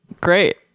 Great